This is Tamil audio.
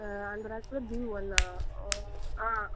ஆ அந்த ராக்கில் பி ஒன்றா ஓ ஆ